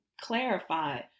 clarify